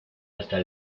hasta